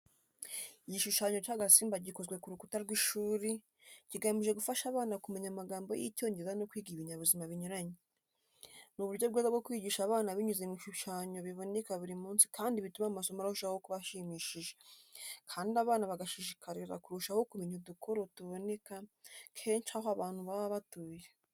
Igishushanyo cy'agasimba gikozwe ku rukuta rw’ishuri, kigamije gufasha abana kumenya amagambo y’Icyongereza no kwiga ibinyabuzima binyuranye. Ni uburyo bwiza bwo kwigisha abana binyuze mu bishushanyo biboneka buri munsi kandi bituma amasomo arushaho kuba ashimishije. Kandi abana bagashishikarira kurushaho kumenya udukoko tuboneka kenshi aho abantu baba batuye.